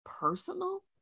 Personal